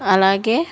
అలాగే